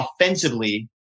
Offensively